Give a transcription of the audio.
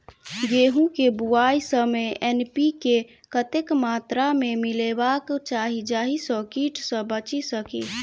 गेंहूँ केँ बुआई समय एन.पी.के कतेक मात्रा मे मिलायबाक चाहि जाहि सँ कीट सँ बचि सकी?